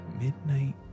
Midnight